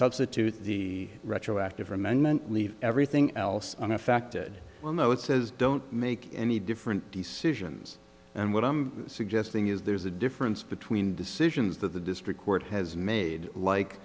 substitute the retroactive amendment leave everything else unaffected well no it says don't make any different decisions and what i'm suggesting is there's a difference between decisions that the district court has made like